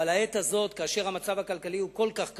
אבל העת הזאת, כאשר המצב הכלכלי הוא כל כך קשה,